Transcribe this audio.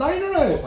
nine right